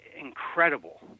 incredible